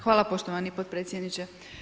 Hvala poštovani potpredsjedniče.